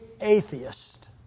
Atheist